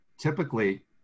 typically